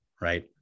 right